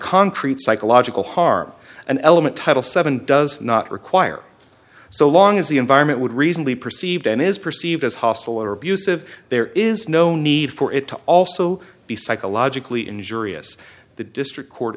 concrete psychological harm an element title seven does not require so long as the environment would reasonably perceived and is perceived as hostile or abusive there is no need for it to also be psychologically injurious the district court